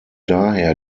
daher